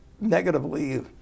negatively